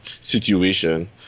situation